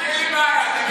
אין בעיה.